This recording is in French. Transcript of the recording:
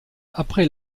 après